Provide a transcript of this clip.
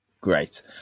great